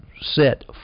set